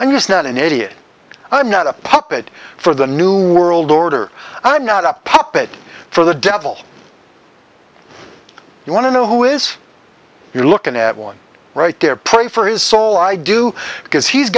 yes not an idiot i'm not a puppet for the new world order i'm not a puppet for the devil you want to know who is you're looking at one right there pray for his soul i do because he's